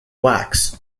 wax